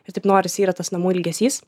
ir taip norisi yra tas namų ilgesys